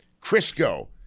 Crisco